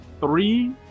three